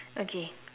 okay